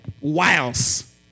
Wiles